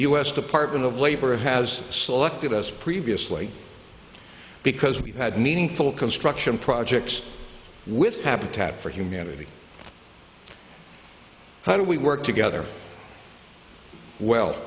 s department of labor has selected us previously because we've had meaningful construction projects with tap tap for humanity how do we work together well